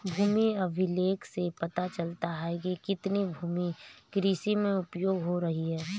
भूमि अभिलेख से पता चलता है कि कितनी भूमि कृषि में उपयोग हो रही है